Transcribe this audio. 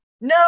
No